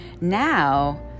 now